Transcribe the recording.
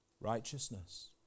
Righteousness